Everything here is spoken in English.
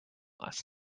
last